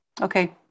Okay